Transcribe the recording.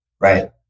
Right